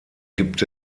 gibt